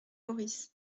maurice